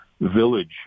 village